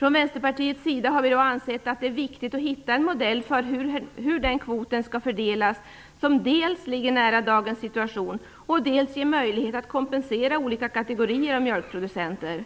Vi i Vänsterpartiet har ansett att det är viktigt att hitta en modell för hur denna kvot fördelas som dels ligger nära dagens situation, dels ger möjlighet att kompensera olika kategorier av mjölkproducenter.